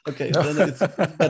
okay